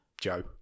Joe